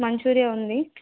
Manchuria ఉంది